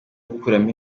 gukuramo